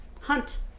hunt